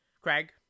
Craig